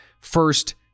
first